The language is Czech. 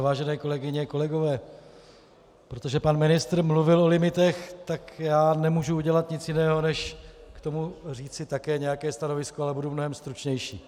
Vážené kolegyně a kolegové, protože pan ministr mluvil o limitech, tak já nemůžu udělat nic jiného, než k tomu říci také nějaké stanovisko, ale budu mnohem stručnější.